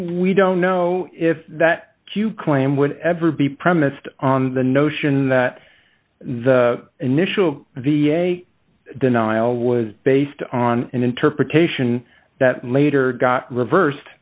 we don't know if that you claim would ever be premised on the notion that the initial v a denial was based on an interpretation that later got reversed